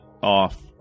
off